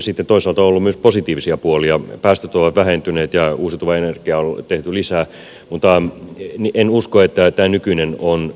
sitten toisaalta on ollut myös positiivisia puolia päästöt ovat vähentyneet ja uusiutuvaa energiaa on tehty lisää mutta en usko että tämä nykyinen on tarkoituksenmukainen